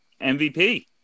MVP